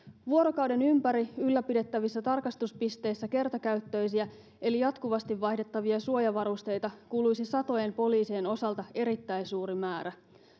vuorokauden ympäri ylläpidettävissä tarkastuspisteissä kertakäyttöisiä eli jatkuvasti vaihdettavia suojavarusteita kuluisi satojen poliisien osalta erittäin suuri määrä